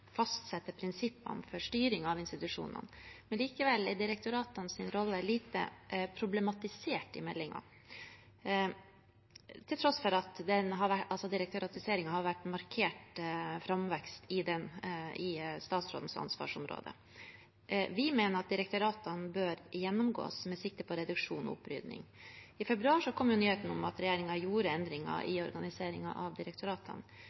prinsippene for styring av institusjonene. Likevel er direktoratenes rolle lite problematisert i meldingen, til tross for at direktoratiseringen har hatt markert framvekst på statsrådens ansvarsområde. Vi mener at direktoratene bør gjennomgås med sikte på reduksjon og opprydding. I februar kom nyheten om at regjeringen gjorde endringer i organiseringen av direktoratene.